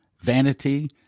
vanity